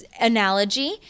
analogy